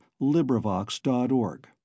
LibriVox.org